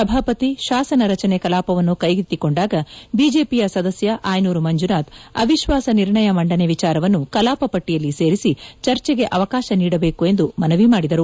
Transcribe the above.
ಸಭಾಪತಿ ಶಾಸನ ರಚನೆ ಕಲಾಪವನ್ನು ಕೈಗೆತ್ತಿಕೊಂಡಾಗ ಬಿಜೆಪಿಯ ಸದಸ್ಯ ಆಯನೂರು ಮಂಜುನಾಥ್ ಅವಿಶ್ವಾಸ ನಿರ್ಣಯ ಮಂಡನೆ ವಿಚಾರವನ್ನು ಕಲಾಪ ಪಟ್ಟಿಯಲ್ಲಿ ಸೇರಿಸಿ ಚರ್ಚೆಗೆ ಅವಕಾಶ ನೀಡಬೇಕು ಎಂದು ಮನವಿ ಮಾಡಿದರು